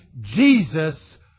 Jesus